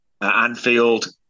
Anfield